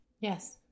Yes